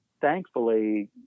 thankfully